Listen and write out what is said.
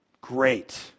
Great